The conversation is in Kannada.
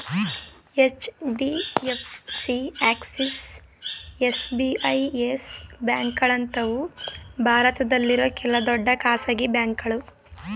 ಹೆಚ್.ಡಿ.ಎಫ್.ಸಿ, ಆಕ್ಸಿಸ್, ಎಸ್.ಬಿ.ಐ, ಯೆಸ್ ಬ್ಯಾಂಕ್ಗಳಂತವು ಭಾರತದಲ್ಲಿರೋ ಕೆಲ ದೊಡ್ಡ ಖಾಸಗಿ ಬ್ಯಾಂಕುಗಳು